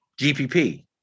GPP